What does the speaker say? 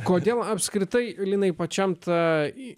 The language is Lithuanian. kodėl apskritai linai pačiam ta į